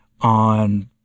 on